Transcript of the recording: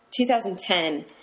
2010